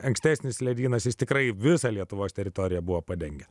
ankstesnis ledynas jis tikrai visą lietuvos teritoriją buvo padengę